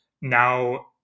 now